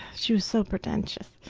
she was so pretentious.